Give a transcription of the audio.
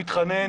מתחנן,